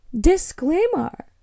Disclaimer